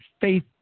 faith